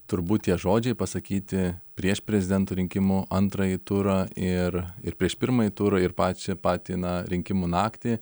turbūt tie žodžiai pasakyti prieš prezidento rinkimų antrąjį turą ir ir prieš pirmąjį turą ir pačią patį na rinkimų naktį